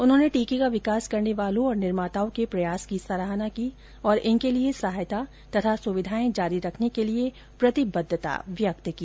उन्होंने टीके का विकास करने वालों और निर्माताओं के प्रयास की सराहना की और इनके लिए सहायता तथा सुविधाएं जारी रखने के लिए प्रतिबद्धता व्यक्त की